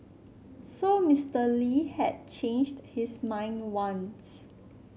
so Mister Lee had changed his mind once